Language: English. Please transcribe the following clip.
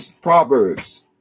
Proverbs